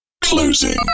closing